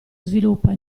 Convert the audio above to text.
sviluppa